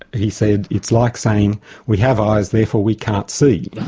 he said, it's like saying we have eyes therefore we can't see.